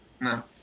No